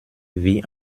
wie